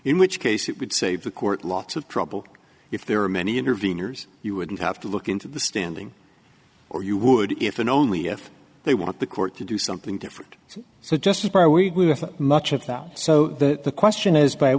in which case it would save the court lots of trouble if there were many intervenors you wouldn't have to look into the standing or you would if and only if they want the court to do something different so just as much of that so that the question is by